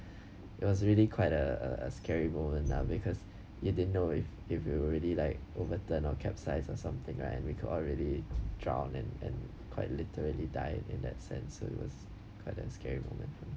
it was really quite a a a scary moment lah because you didn't know if if it will really like overturn or capsized or something right and we could already drown and and quite literally die in that sense so it was kind of scary moment